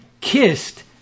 kissed